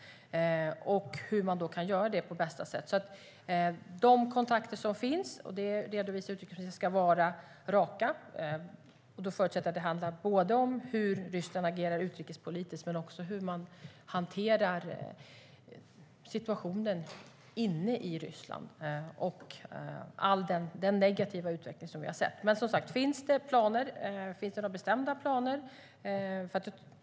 Hur kan man framföra sådan kritik på bästa sätt? De kontakter som finns - och dem har utrikesministern redovisat - ska vara raka. Då förutsätter jag att det handlar både om hur Ryssland agerar utrikespolitiskt och om hur man hanterar situationen inne i Ryssland med den negativa utveckling som vi har sett. Finns det några bestämda planer?